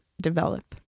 develop